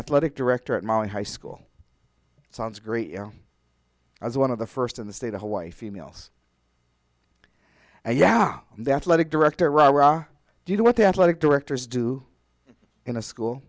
athletic director at mile high school sounds great i was one of the first in the state of hawaii females and yeah that's a lot of director ron do you know what the athletic directors do in a school